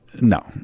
No